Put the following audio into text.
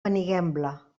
benigembla